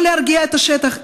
לא להרגיע את השטח,